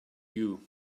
you